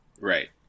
right